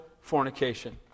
fornication